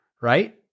right